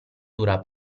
dura